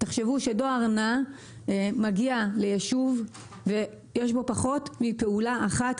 דואר נע מגיע ליישוב ויש בו פחות מפעולה אחת.